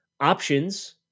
options